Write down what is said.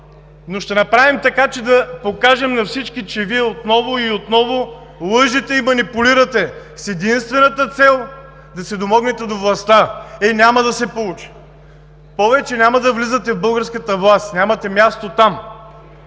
но ще направим така, че да покажем на всички, че Вие отново и отново лъжете и манипулирате с единствената цел – да се домогнете до властта. Е, няма да се получи! Повече няма да влизате в българската власт, нямате място там!